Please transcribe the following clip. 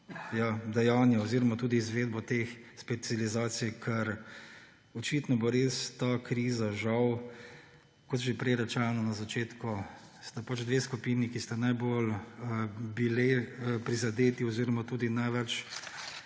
dejanje oziroma tudi izvedbo teh specializacij, ker očitno bo res ta kriza, žal, kot je bilo že rečeno na začetku, sta dve skupini, ki sta bili najbolj prizadeti oziroma tudi največ